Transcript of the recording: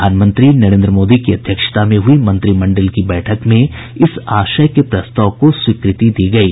प्रधानमंत्री नरेन्द्र मोदी की अध्यक्षता में हुई मंत्रिमंडल की बैठक में इस आशय के प्रस्ताव को स्वीकृति दी गयी